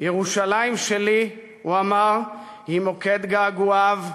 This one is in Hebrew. "ירושלים שלי היא מוקד געגועיו,